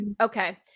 Okay